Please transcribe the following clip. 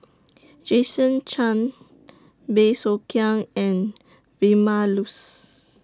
Jason Chan Bey Soo Khiang and Vilma Laus